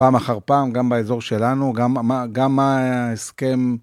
פעם אחר פעם, גם באזור שלנו, גם מה ההסכם.